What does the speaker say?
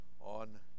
on